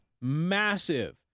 massive